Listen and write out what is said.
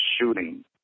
shooting